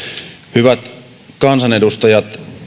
hyvät kansanedustajat